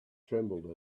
trembled